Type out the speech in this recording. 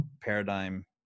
paradigm